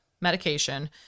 medication